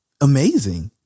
amazing